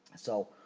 so,